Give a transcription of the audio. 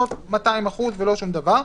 לא 200% ולא שום דבר.